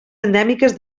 endèmiques